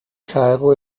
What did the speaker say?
kairo